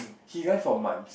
he earn from mine